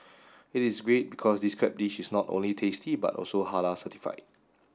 it is great because this crab dish is not only tasty but also Halal certified